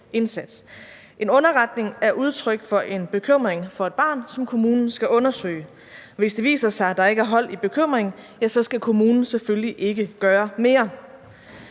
En underretning er udtryk for en bekymring for et barn, som kommunen skal undersøge. Hvis det viser sig, at der ikke er hold i bekymringen, ja, så skal kommunen selvfølgelig ikke gøre mere.